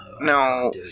No